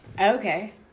Okay